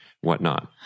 whatnot